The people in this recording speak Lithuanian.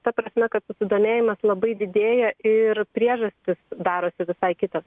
ta prasme kad susidomėjimas labai didėja ir priežastys darosi visai kitos